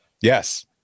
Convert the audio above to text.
Yes